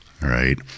right